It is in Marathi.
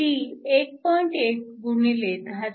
ती 1